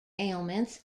ailments